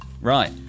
Right